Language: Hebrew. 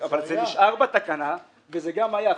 אבל זה נשאר בתקנה וזה גם היה.